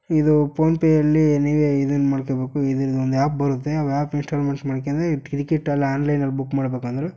ಇದು ಪೋನ್ ಪೇಯಲ್ಲಿ ನೀವೇ ಇದನ್ನ ಮಾಡ್ಕಬೋಕು ಇದ್ರದ್ದು ಒಂದು ಆ್ಯಪ್ ಬರುತ್ತೆ ಆ ವ್ಯಾಪ್ ಇನ್ಸ್ಟಾಲ್ ಮಾಡ್ಸಿ ಮಾಡ್ಕಂಡ್ರೆ ಇದು ಟಿಕಿಟ್ ಅಲ್ಲಿ ಆನ್ಲೈನಲ್ಲಿ ಬುಕ್ ಮಾಡ್ಬೇಕಂದ್ರು